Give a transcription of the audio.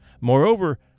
Moreover